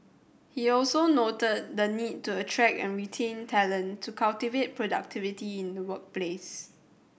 he also noted the need to attract and retain talent to cultivate productivity in the workplace